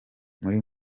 muri